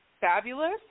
fabulous